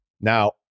now